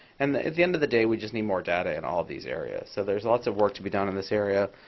and at the end of the day, we just need more data in all these areas. so there's lots of work to be done in this area.